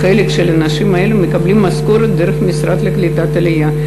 חלק מהאנשים האלה מקבלים משכורת דרך המשרד לקליטת העלייה.